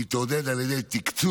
היא תעודד על ידי תקצוב,